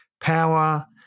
power